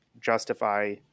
justify